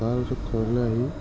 তাৰপিছত ঘৰলৈ আহি